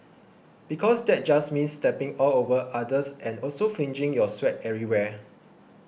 because that just means stepping all over others and also flinging your sweat everywhere